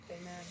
Amen